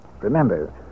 Remember